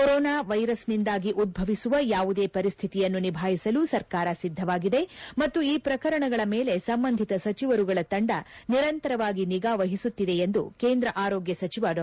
corona ವೈರಸ್ನಿಂದಾಗಿ ಉದ್ದವಿಸುವ ಯಾವುದೇ ಪರಿಸ್ಥಿತಿಯನ್ನು ನಿಭಾಯಿಸಲು ಸರ್ಕಾರ ಸಿದ್ದವಾಗಿದೆ ಮತ್ತು ಈ ಪ್ರಕರಣಗಳ ಮೇಲೆ ಸಂಬಂಧಿತ ಸಚಿವರುಗಳ ತಂಡ ನಿರಂತರವಾಗಿ ನಿಗಾ ವಹಿಸುತ್ತಿದೆ ಎಂದು ಕೇಂದ್ರ ಆರೋಗ್ಯ ಸಚಿವ ಡಾ